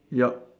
yup